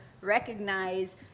recognize